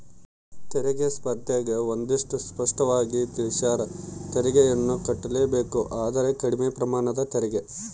ತೆರಿಗೆ ಸ್ಪರ್ದ್ಯಗ ಒಂದಷ್ಟು ಸ್ಪಷ್ಟವಾಗಿ ತಿಳಿಸ್ಯಾರ, ತೆರಿಗೆಯನ್ನು ಕಟ್ಟಲೇಬೇಕು ಆದರೆ ಕಡಿಮೆ ಪ್ರಮಾಣದ ತೆರಿಗೆ